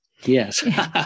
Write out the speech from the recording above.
Yes